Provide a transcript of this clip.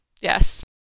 Yes